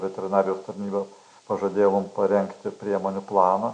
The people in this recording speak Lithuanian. veterinarijos tarnyba pažadėjo mum parengti priemonių planą